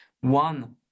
One